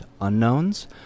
unknowns